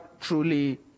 truly